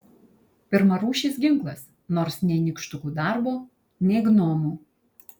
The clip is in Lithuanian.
pirmarūšis ginklas nors nei nykštukų darbo nei gnomų